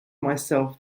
myself